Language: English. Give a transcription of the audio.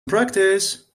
practice